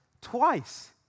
twice